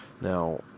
Now